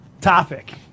topic